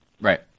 Right